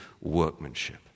workmanship